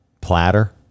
Platter